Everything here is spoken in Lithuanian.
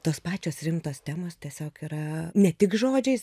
tos pačios rimtos temos tiesiog yra ne tik žodžiais